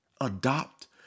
Adopt